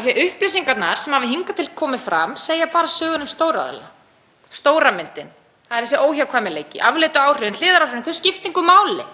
af því að upplýsingarnar sem hafa hingað til komið fram segja bara sögur um stóru aðilana. Stóra myndin. Það er þessi óhjákvæmileiki. Afleiddu áhrifin, hliðaráhrifin skipta engu máli.